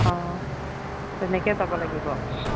অ' তেনেকৈ যাব লাগিব